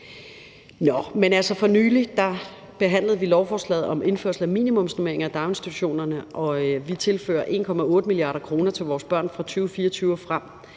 For nylig behandlede vi lovforslaget om indførelse af minimumsnormeringer i daginstitutionerne, og vi tilfører 1,8 mia. kr. til vores børn fra 2024 og frem.